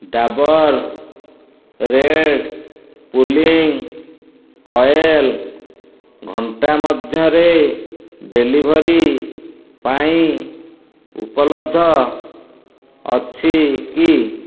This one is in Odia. ଡାବର୍ ରେଡ଼୍ ପୁଲିଙ୍ଗ୍ ଅଏଲ୍ ଘଣ୍ଟାମଧ୍ୟରେ ଡେଲିଭରି ପାଇଁ ଉପଲବ୍ଧ ଅଛି କି